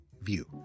View